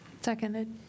Seconded